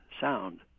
sound